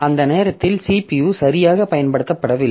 அந்த நேரத்தில் CPU சரியாக பயன்படுத்தப்படவில்லை